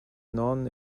non